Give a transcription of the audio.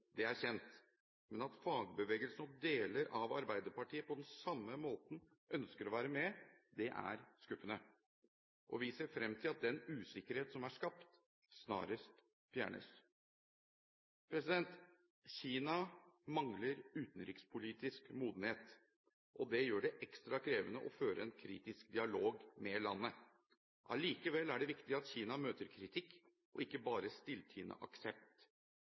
dette er kjent, men at fagbevegelsen og deler av Arbeiderpartiet på den samme måten ønsker å være med, er skuffende. Vi ser frem til at den usikkerhet som er skapt, snarest fjernes. Kina mangler utenrikspolitisk modenhet, og det gjør det ekstra krevende å føre en kritisk dialog med landet. Allikevel er det viktig at Kina møter kritikk og ikke bare stilltiende aksept.